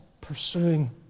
pursuing